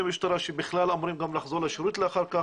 משטרה שבכלל אמורים לחזור לשירות אחר כך,